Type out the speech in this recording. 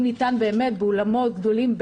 אם ניתן באולמות גדולים,